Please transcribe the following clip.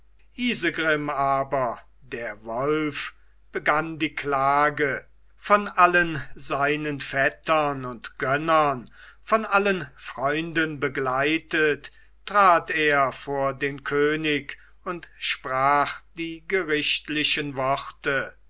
aber der wolf begann die klage von allen seinen vettern und gönnern von allen freunden begleitet trat er vor den könig und sprach die gerichtlichen worte